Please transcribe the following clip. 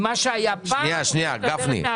ממה שהיה פעם או שאת מדברת על עכשיו?